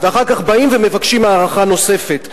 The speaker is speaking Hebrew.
ואחר כך באים ומבקשים הארכה נוספת.